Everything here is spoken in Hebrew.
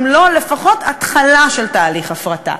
אם לא לפחות התחלה של תהליך הפרטה.